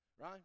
right